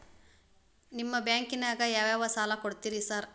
ನಿಮ್ಮ ಬ್ಯಾಂಕಿನಾಗ ಯಾವ್ಯಾವ ಸಾಲ ಕೊಡ್ತೇರಿ ಸಾರ್?